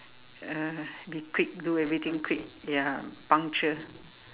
uh be quick do everything quick ya punctual